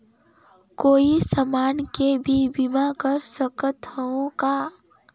कोई समान के भी बीमा कर सकथव का?